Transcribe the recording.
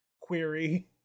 query